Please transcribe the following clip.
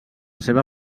seva